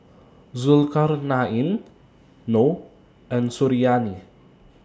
Zulkarnain Noh and Suriani